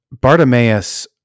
Bartimaeus